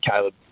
Caleb